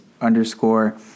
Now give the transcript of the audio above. underscore